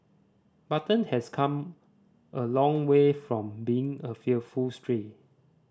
button has come a long way from being a fearful stray